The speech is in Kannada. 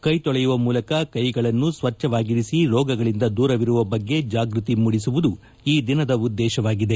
ಕೈ ತೊಳೆಯುವ ಮೂಲಕ ಕೈಗಳನ್ನು ಸ್ವಚ್ವವಾಗಿರಿಸಿ ರೋಗಗಳಿಂದ ದೂರವಿರುವ ಬಗ್ಗೆ ಜಾಗೃತಿ ಮೂಡಿಸುವುದು ಈ ದಿನದ ಉದ್ದೇಶವಾಗಿದೆ